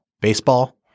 baseball